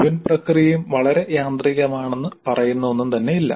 മുഴുവൻ പ്രക്രിയയും വളരെ യാന്ത്രികമാണെന്ന് പറയുന്ന ഒന്നും തന്നെയില്ല